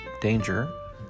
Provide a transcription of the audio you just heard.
danger